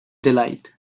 delight